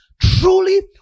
truly